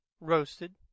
roasted